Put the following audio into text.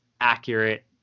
accurate